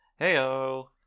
Heyo